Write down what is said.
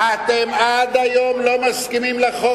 אתה, יש לך, עד היום אתם לא מסכימים לחוק.